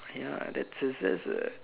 ya that's a